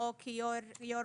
בקובעו כיו"ר מועצה.